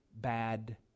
bad